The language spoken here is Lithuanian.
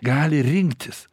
gali rinktis